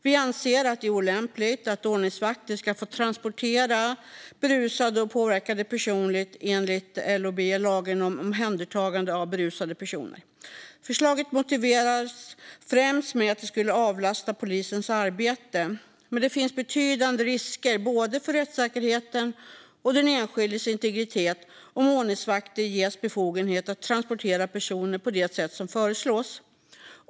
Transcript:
Vi anser att det är olämpligt att ordningsvakter ska få transportera berusade och påverkade personer enligt LOB, lagen om omhändertagande av berusade personer. Förslaget motiveras främst med att det skulle avlasta polisens arbete. Men det finns betydande risker för både rättssäkerheten och den enskildes integritet om ordningsvakter ges befogenhet att transportera personer på det sätt som föreslås.